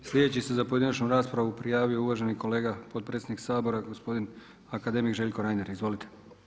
Sljedeći se za pojedinačnu raspravu prijavio uvaženi kolega potpredsjednik Sabora gospodin akademik Željko Reiner, izvolite.